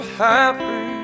happy